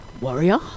warrior